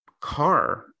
Car